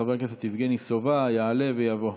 חבר הכנסת יבגני סובה יעלה ויבוא.